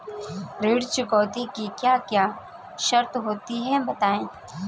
ऋण चुकौती की क्या क्या शर्तें होती हैं बताएँ?